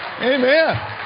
Amen